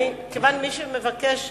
מי שמבקש,